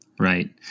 Right